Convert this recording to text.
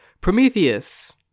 Prometheus